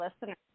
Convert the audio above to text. listeners